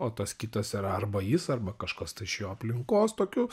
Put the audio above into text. o tas kitas yra arba jis arba kažkas tai iš jo aplinkos tokių